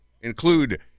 include